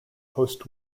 post